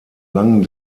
langen